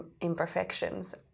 imperfections